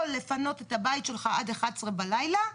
לפנות את הבית שלך עד אחת עשרה בלילה.